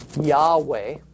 Yahweh